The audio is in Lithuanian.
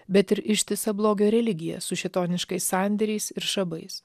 bet ir ištisa blogio religija su šėtoniškais sandėriais ir šabais